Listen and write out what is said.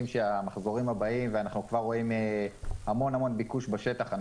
שהמחזורים הבאים ואנחנו כבר רואים המון ביקוש בשטח.